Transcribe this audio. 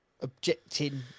objecting